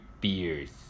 beers